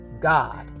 God